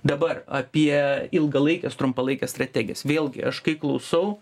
dabar apie ilgalaikes trumpalaikes strategijas vėlgi aš kai klausau